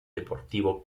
deportivo